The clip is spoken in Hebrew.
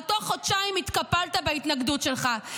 אבל בתוך חודשיים התקפלת בהתנגדות שלך,